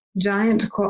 giant